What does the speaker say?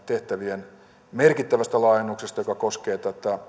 tehtävien merkittävästä laajennuksesta joka koskee